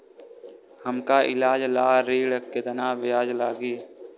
हमका ईलाज ला ऋण चाही केतना ब्याज लागी?